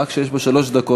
רק שיש פה שלוש דקות.